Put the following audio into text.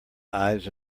eyes